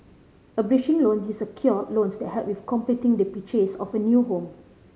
a bridging loan is a secured loan that help with completing the purchase of your new home